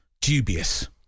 dubious